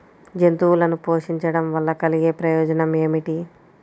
జంతువులను పోషించడం వల్ల కలిగే ప్రయోజనం ఏమిటీ?